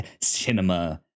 cinema